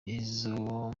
izo